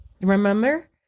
Remember